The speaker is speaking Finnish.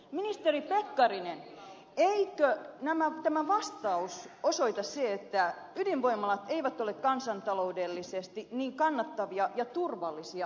ministeri pekkarinen eikö tämä vastaus osoita sen että ydinvoimalat eivät ole kansantaloudellisesti niin kannattavia ja turvallisia kuin on väitetty